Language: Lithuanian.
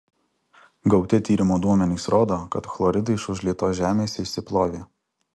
gauti tyrimo duomenys rodo kad chloridai iš užlietos žemės išsiplovė